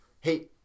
hey